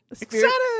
Excited